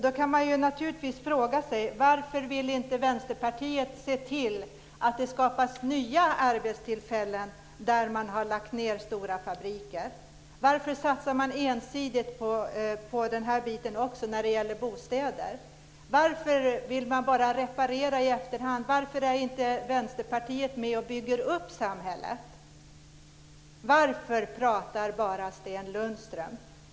Då kan man naturligtvis fråga sig: Varför vill inte Vänsterpartiet se till att det skapas nya arbetstillfällen där man har lagt ned stora fabriker? Varför satsar man också ensidigt på den här biten när det gäller bostäder? Varför vill man bara reparera i efterhand? Varför är inte Vänsterpartiet med och bygger upp samhället? Varför pratar bara Sten Lundström?